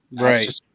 Right